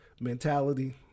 mentality